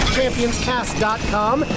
championscast.com